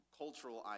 cultural